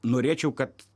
norėčiau kad